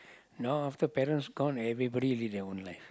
no after parents gone everybody live their own life